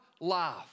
life